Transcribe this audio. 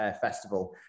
festival